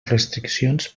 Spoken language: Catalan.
restriccions